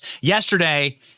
yesterday